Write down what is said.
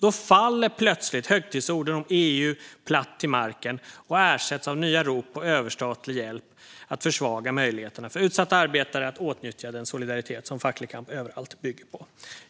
Då faller plötsligt högtidsorden om EU platt till marken och ersätts av nya rop på överstatlig hjälp att försvaga möjligheterna för utsatta arbetare att åtnjuta den solidaritet som facklig kamp överallt bygger på.